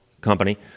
company